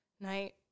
night